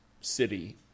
city